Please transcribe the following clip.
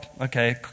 okay